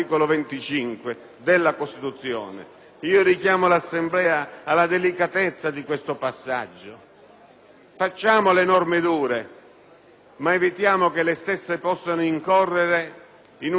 Io richiamo alla delicatezza di questo passaggio. Facciamo le norme dure, ma evitiamo che le stesse possano incorrere in una violazione di un precetto costituzionale